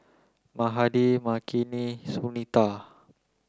Mahade Makineni Sunita